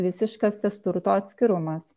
visiškas tas turto atskirumas